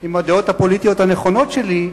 עם הדעות הפוליטיות הנכונות שלי,